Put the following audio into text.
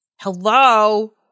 Hello